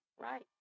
Right